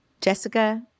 Jessica